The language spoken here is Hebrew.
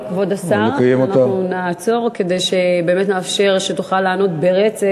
כבוד השר, אנחנו נעצור כדי שתוכל לענות ברצף.